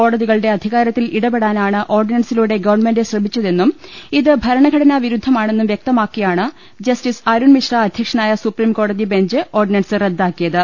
കോടതികളുടെ അധികാരത്തിൽ ഇടപെടാനാണ് ഓർഡിനൻസിലൂടെ ഗവൺമെന്റ് ശ്രമിച്ചതെന്നും ഇത് ഭരണഘടനാ വിരുദ്ധമാണെന്നും വ്യക്ത മാക്കിയാണ് ജസ്റ്റിസ് അരുൺ മിശ്ര അധ്യക്ഷനായ സുപ്രിം കോടതി ബെഞ്ച് ഓർഡിനൻസ് റദ്ദാക്കിയത്